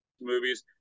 movies